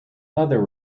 other